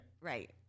Right